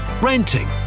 renting